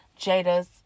Jada's